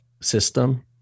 system